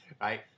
Right